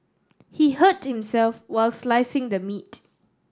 he hurt himself while slicing the meat